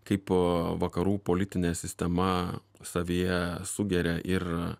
kai po vakarų politinė sistema savyje sugeria ir